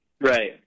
Right